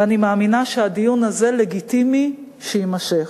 ואני מאמינה שהדיון הזה לגיטימי שיימשך.